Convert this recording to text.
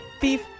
beef